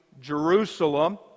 Jerusalem